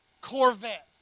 Corvettes